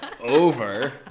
over